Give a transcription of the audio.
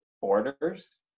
borders